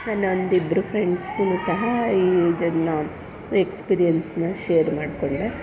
ನನ್ನ ಒಂದಿಬ್ಬರು ಫ್ರೆಂಡ್ಸಿಗೂ ಸಹ ಈ ಇದನ್ನು ಎಕ್ಸ್ಪೀರಿಯನ್ಸನ್ನ ಶೇರ್ ಮಾಡಿಕೊಂಡೆ